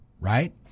right